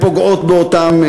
ופוגעות בהם.